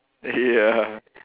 ya